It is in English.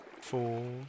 four